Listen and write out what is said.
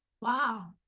Wow